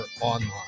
online